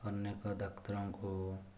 ଅନେକ ଡାକ୍ତରଙ୍କୁ